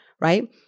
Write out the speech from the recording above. right